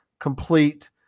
Complete